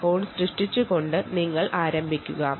അതിനാൽ നിങ്ങൾ എങ്ങനെയാണ് ഇത് ചെയ്തു തുടങ്ങാൻ പോകുന്നത്